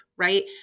right